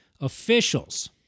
officials